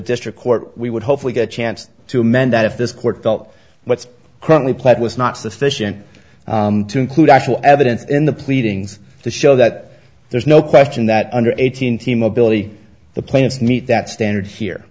district court we would hopefully get a chance to amend that if this court felt what's currently played was not sufficient to include actual evidence in the pleadings to show that there's no question that under eighteen team ability the plaintiffs meet that standard here